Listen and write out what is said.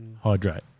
Hydrate